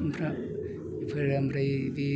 ओमफ्राय दा बे